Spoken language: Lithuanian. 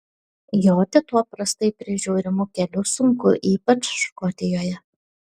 joti tuo prastai prižiūrimu keliu sunku ypač škotijoje